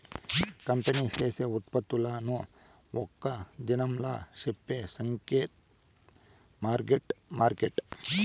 company చేసే ఉత్పత్తులను ఒక్క దినంలా చెప్పే సంఖ్యే టార్గెట్ మార్కెట్